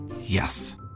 Yes